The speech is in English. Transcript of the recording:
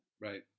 right